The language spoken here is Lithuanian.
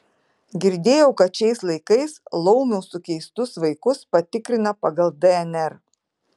girdėjau kad šiais laikais laumių sukeistus vaikus patikrina pagal dnr